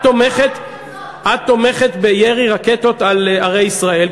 את תומכת בירי רקטות על ערי ישראל,